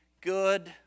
good